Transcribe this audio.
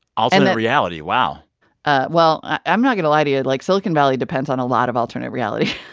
alternate reality, wow ah well, i'm not going to lie to you. like, silicon valley depends on a lot of alternate reality.